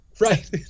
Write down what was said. right